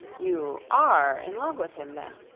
you are in love with him then?